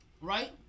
right